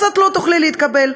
אז לא תוכלי להתקבל,